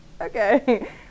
okay